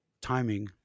timing